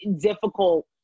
difficult